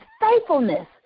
faithfulness